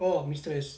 oh mistress